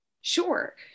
Sure